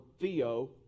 Theo